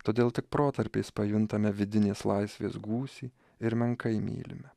todėl tik protarpiais pajuntame vidinės laisvės gūsį ir menkai mylime